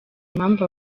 impamvu